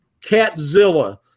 catzilla